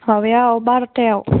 माबायाव बार'थायाव